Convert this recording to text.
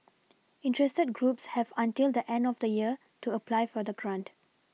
interested groups have until the end of the year to apply for the grant